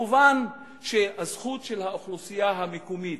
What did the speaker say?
מובן שהזכות של האוכלוסייה המקומית,